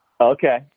Okay